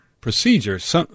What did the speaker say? procedures